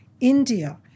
India